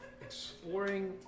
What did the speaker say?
exploring